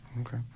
Okay